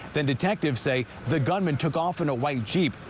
then detectives say the gunman took off in a white jeep.